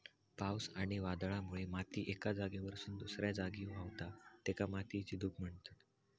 पावस आणि वादळामुळे माती एका जागेवरसून दुसऱ्या जागी व्हावता, तेका मातयेची धूप म्हणतत